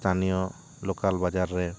ᱤᱥᱛᱷᱟᱱᱤᱭᱳ local ᱵᱟᱡᱟᱨ ᱨᱮ